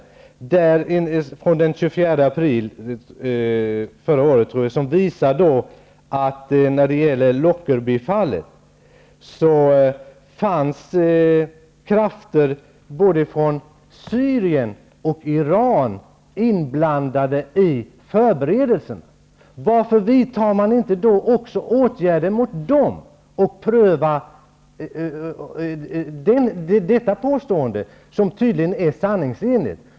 Rapporten från den 24 april förra året visar att i Lockerby-fallet var krafter från både Syrien och Iran inblandade i förberedelsen. Varför vidtar man inte åtgärder mot dem och prövar detta påstående, som tydligen är sanningsenligt?